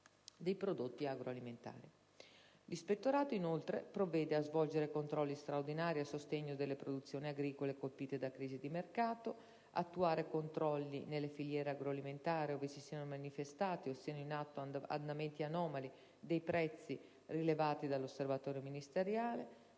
L'Ispettorato, inoltre, provvede a svolgere controlli straordinari a sostegno delle produzioni agricole colpite da crisi di mercato; attuare controlli nelle filiere agroalimentari ove si siano manifestati o siano in atto andamenti anomali dei prezzi rilevati dall'osservatorio ministeriale;